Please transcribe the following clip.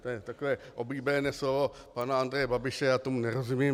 To je takové oblíbené slovo pana Andreje Babiše já tomu nerozumím.